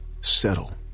settle